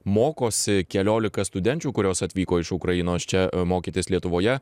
mokosi keliolika studenčių kurios atvyko iš ukrainos čia mokytis lietuvoje